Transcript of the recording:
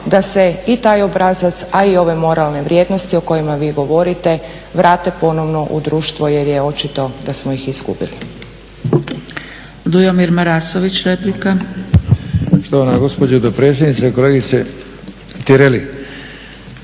da se i taj obrazac, a i ove moralne vrijednosti o kojima vi govorite vrate ponovno u društvo jer je očito da smo ih izgubili.